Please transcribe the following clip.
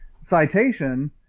citation